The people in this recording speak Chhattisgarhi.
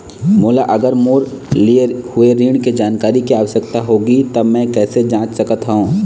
मोला अगर मोर लिए हुए ऋण के जानकारी के आवश्यकता होगी त मैं कैसे जांच सकत हव?